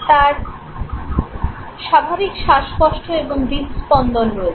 তার স্বাভাবিক শ্বাসকষ্ট এবং হৃদস্পন্দন রয়েছে